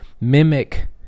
Mimic